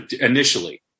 initially